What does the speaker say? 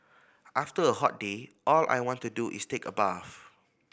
after a hot day all I want to do is take a bath